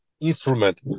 instrument